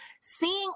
Seeing